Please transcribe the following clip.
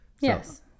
Yes